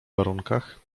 warunkach